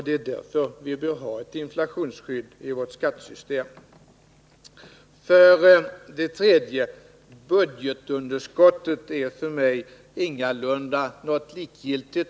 Det är därför vi bör ha ett inflationsskydd i vårt skattesystem. För det tredje: Budgetunderskottet är ingalunda likgiltigt för mig.